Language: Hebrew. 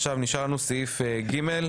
עכשיו נשאר לנו סעיף ג',